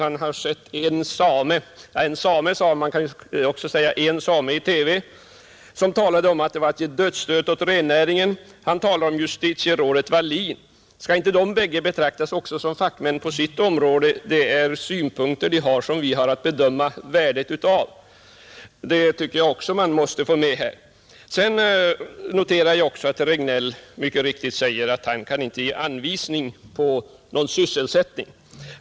Han har sett en same sade han — vi har också sett en same i TV, som talade om att utbyggnaden var att ge dödsstöten åt rennäringen — och vidare nämnde herr Regnéll justitierådet Walin. Herr Regnéll frågade: Skall inte dessa bägge också betraktas som fackmän på sitt område? Och hör inte de synpunkter de anfört till det som vi har att bedöma värdet av? Jo, det tycker jag också att man måste ta med här. Herr Regnéll sade att han inte kan ge anvisning på någon annan sysselsättning.